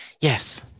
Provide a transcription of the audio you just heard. Yes